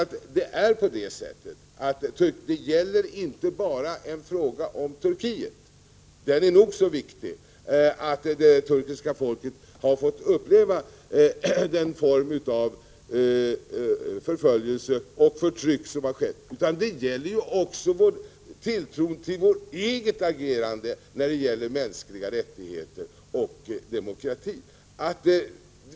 1985/86:47 ärnämligen inte bara en fråga om Turkiet — det är nog så betydelsefullt att det 9 december 1985 = turkiska folket har fått uppleva den form av förföljelse och förtryck som har RR skett — utan detta gäller även tilltron till vårt eget agerande beträffande FTV mänskliga rättigheter och demokrati.